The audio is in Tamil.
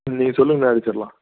நீங்கள் சொல்லுங்கண்ணா அடிச்சுர்லாம்